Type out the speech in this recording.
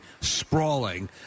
sprawling